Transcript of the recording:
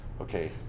okay